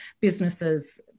businesses